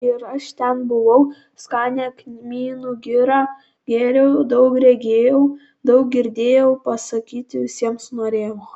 ir aš ten buvau skanią kmynų girą gėriau daug regėjau daug girdėjau pasakyti visiems norėjau